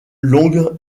long